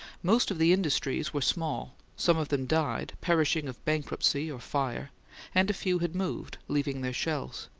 most of the industries were small some of them died, perishing of bankruptcy or fire and a few had moved, leaving their shells.